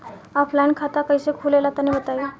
Offline खाता कइसे खुले ला तनि बताई?